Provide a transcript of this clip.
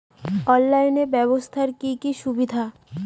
অনলাইনে ব্যবসার কি কি অসুবিধা?